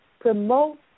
Promote